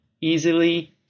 easily